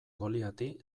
goliati